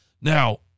Now